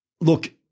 Look-